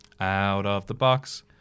Out-of-the-box